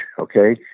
okay